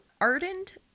ardent